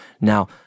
Now